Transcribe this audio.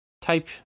type